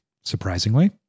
Surprisingly